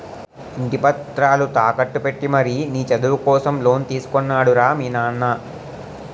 ఇంటి పత్రాలు తాకట్టు పెట్టి మరీ నీ చదువు కోసం లోన్ తీసుకున్నాడు రా మీ నాన్న